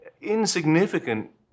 insignificant